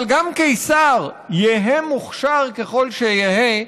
אבל גם קיסר, יהא מוכשר ככל שיהא,